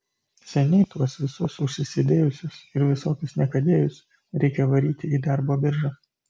seniai tuos visus užsisėdėjusius ir visokius niekadėjus reikia varyti į darbo biržą